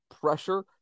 pressure